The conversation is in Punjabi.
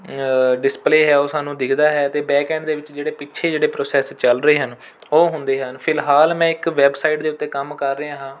ਅ ਡਿਸਪਲੇਅ ਹੈ ਉਹ ਸਾਨੂੰ ਦਿਖਦਾ ਹੈ ਅਤੇ ਬੈਂਕਐਂਡ ਦੇ ਵਿੱਚ ਜਿਹੜੇ ਪਿੱਛੇ ਜਿਹੜੇ ਪ੍ਰੋਸੈਸ ਚੱਲ ਰਹੇ ਹਨ ਉਹ ਹੁੰਦੇ ਹਨ ਫਿਲਹਾਲ ਮੈਂ ਇੱਕ ਵੈੱਬਸਾਈਟ ਦੇ ਉੱਤੇ ਕੰਮ ਕਰ ਰਿਹਾ ਹਾਂ